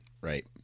Right